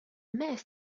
mast